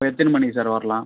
ஆ எத்தினி மணிக்கு சார் வரலாம்